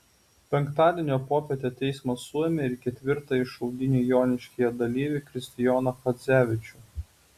penktadienio popietę teismas suėmė ir ketvirtąjį šaudynių joniškyje dalyvį kristijoną chadzevičių